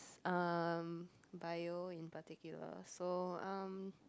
um bio in particular so um